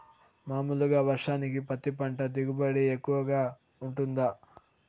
మామూలుగా వర్షానికి పత్తి పంట దిగుబడి ఎక్కువగా గా వుంటుందా?